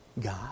God